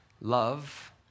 love